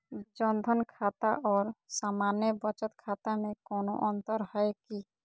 जन धन खाता और सामान्य बचत खाता में कोनो अंतर है की?